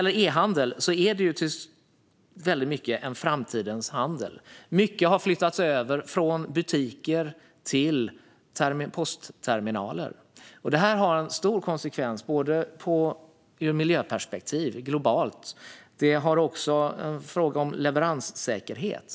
E-handeln är framtidens handel, och mycket har flyttats över från butiker till postterminaler. Detta får stora konsekvenser för den globala miljön. Det är också en fråga om leveranssäkerhet.